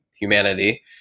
humanity